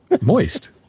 Moist